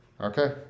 Okay